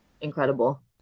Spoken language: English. incredible